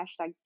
hashtag